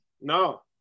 no